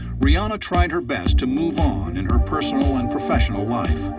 rihanna tried her best to move on in her personal and professional life.